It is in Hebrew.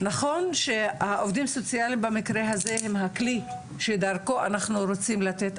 נכון שהעובדים סוציאליים במקרה הזה הם הכלי שדרכו אנחנו רוצים לתת.